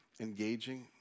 engaging